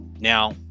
Now